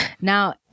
Now